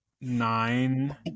nine